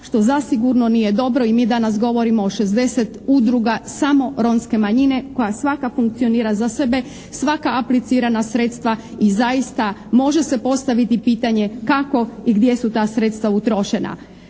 što zasigurno nije dobro i mi danas govorimo o 60 udruga samo romske manjine koja svaka funkcionira za sebe, svaka aplicira na sredstva i zaista može se postaviti pitanje kako i gdje su ta sredstva utrošena.